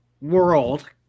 world